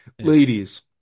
Ladies